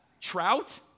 Trout